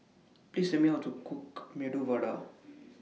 Please Tell Me How to Cook Medu Vada